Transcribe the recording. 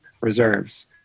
reserves